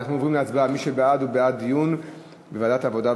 הוא בעד דיון בוועדת העבודה,